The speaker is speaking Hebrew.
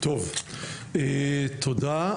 טוב, תודה.